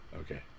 Okay